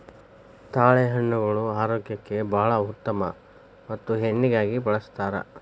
ತಾಳೆಹಣ್ಣುಗಳು ಆರೋಗ್ಯಕ್ಕೆ ಬಾಳ ಉತ್ತಮ ಮತ್ತ ಎಣ್ಣಿಗಾಗಿ ಬಳ್ಸತಾರ